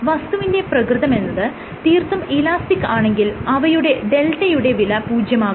വസ്തുവിന്റെ പ്രകൃതമെന്നത് തീർത്തും ഇലാസ്റ്റിക് ആണെങ്കിൽ അവയുടെ δ യുടെ വില പൂജ്യമാകുന്നു